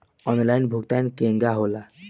Online भुगतान केगा होला?